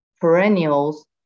perennials